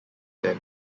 them